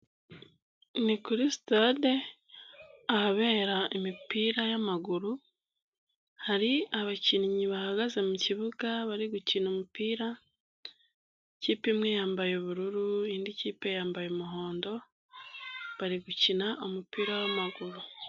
Ni kuri sitade ahabera imipira y'amaguru, hari abakinnyi bahagaze mu kibuga bari gukina umupira, ikipe imwe yambaye ubururu indi kipe yambaye umuhondo, bari gukina umupira w'amaguru.